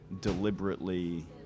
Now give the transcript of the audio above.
deliberately